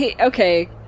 Okay